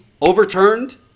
overturned